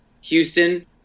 Houston